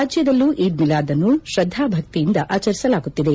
ರಾಜ್ಯದಲ್ಲೂ ಈದ್ ಮಿಲಾದ್ ಅನ್ನು ಶ್ರದ್ಹಾ ಭಕ್ತಿಯಂದ ಆಚರಿಸಲಾಗುತ್ತಿದೆ